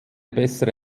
bessere